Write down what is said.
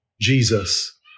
Jesus